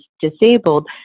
disabled